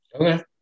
Okay